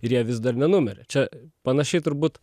ir jie vis dar nenumirė čia panašiai turbūt